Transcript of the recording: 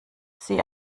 sie